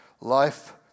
life